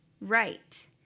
right